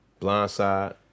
Blindside